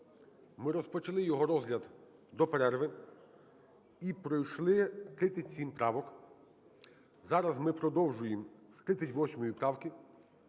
Ми розпочали його розгляд до перерви і пройшли 37 правок. Зараз ми продовжуємо з 38 правки.